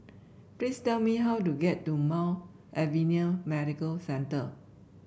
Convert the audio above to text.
please tell me how to get to Mount Alvernia Medical Centre